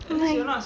right